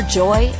joy